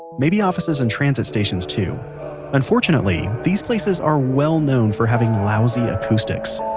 maybe offices and transit stations too unfortunately, these places are well known for having lousy acoustics